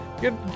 Good